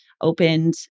opened